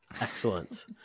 Excellent